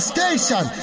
Station